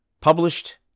published